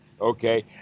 Okay